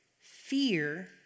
fear